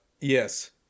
Yes